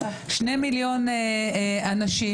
שני מיליון אנשים,